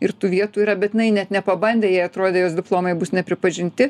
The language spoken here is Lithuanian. ir tų vietų yra bet jinai net nepabandė jei atrodė jos diplomai bus nepripažinti